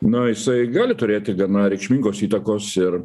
na jisai gali turėti gana reikšmingos įtakos ir